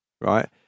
right